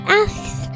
asks